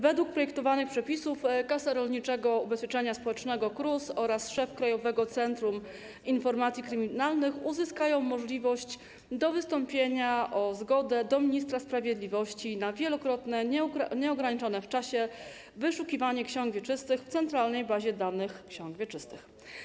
Według projektowanych przepisów Kasa Rolniczego Ubezpieczenia Społecznego, KRUS, oraz szef Krajowego Centrum Informacji Kryminalnych uzyskają możliwość wystąpienia o zgodę do ministra sprawiedliwości na wielokrotne, nieograniczone w czasie wyszukiwanie ksiąg wieczystych w centralnej bazie danych ksiąg wieczystych.